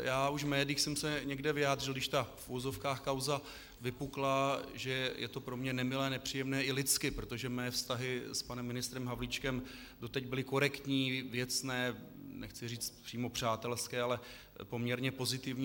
Já už v médiích jsem se někde vyjádřil, když ta v uvozovkách kauza vypukla, že je to pro mě nemilé, nepříjemné i lidsky, protože mé vztahy s panem ministrem Havlíčkem doteď byly korektní, věcné, nechci říct přímo přátelské, ale poměrně pozitivní.